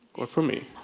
or for me.